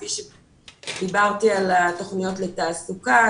כפי שדיברתי על התוכניות לתעסוקה,